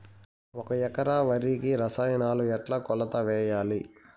ఒక ఎకరా వరికి రసాయనాలు ఎట్లా కొలత వేయాలి?